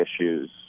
issues